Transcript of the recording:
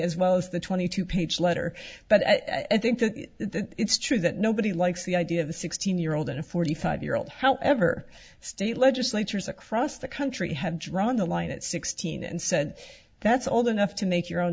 as well as the twenty two page letter but i think that it's true that nobody likes the idea of a sixteen year old and a forty five year old however state legislatures across the country have drawn the line at sixteen and said that's all enough to make your own